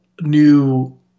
new